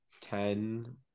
ten